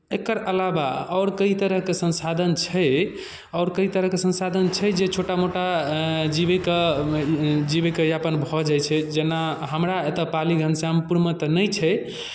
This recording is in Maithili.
एकर अलावा आओर कई तरहके संसाधन छै आओर कई तरहके संसाधन छै जे छोटा मोटा जीवैके जीवैके अपन भऽ जाइ छै जेना हमरा एतय पाली घनश्यामपुरमे तऽ नहि छै